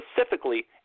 specifically